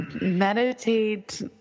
meditate